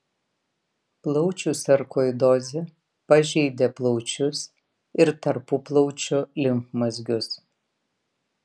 plaučių sarkoidozė pažeidė plaučius ir tarpuplaučių limfmazgius